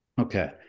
Okay